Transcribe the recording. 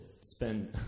spend